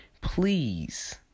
please